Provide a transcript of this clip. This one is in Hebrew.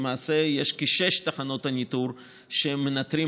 למעשה יש כשש תחנות ניטור שמנטרות